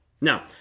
Now